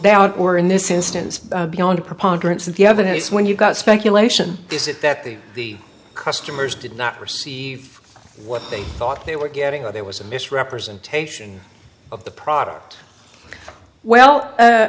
doubt or in this instance beyond preponderance of the evidence when you've got speculation that the customers did not receive what they thought they were getting that there was a misrepresentation of the product well